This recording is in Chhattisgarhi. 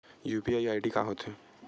यू.पी.आई आई.डी का होथे?